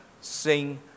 sing